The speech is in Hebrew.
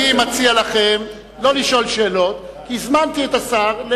אני מציע לכם לא לשאול שאלות כי הזמנתי את השר.